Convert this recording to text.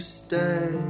stay